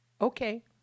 Okay